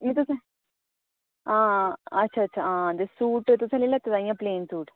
नेईं तुसें हां अच्छा अच्छा हां सूट ते तुसें लेई लैते दा इ'यां प्लेन सूट